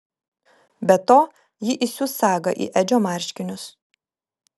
be to ji įsius sagą į edžio marškinius